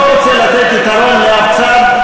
לא רוצה לתת יתרון לאף צד,